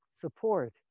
support